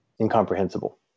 incomprehensible